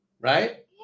Right